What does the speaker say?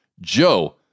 Joe